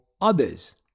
others